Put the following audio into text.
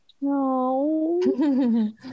No